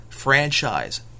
franchise